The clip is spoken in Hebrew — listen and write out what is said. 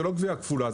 זאת לא גבייה כפולה.